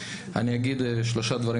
אמרתי זאת בתחילת דבריי.